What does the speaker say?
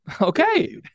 okay